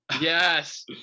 Yes